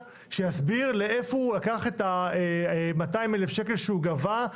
שיסביר לאיפה הוא לקח את ה-200,000 שקלים שהוא גבה,